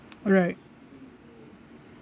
alright